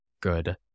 good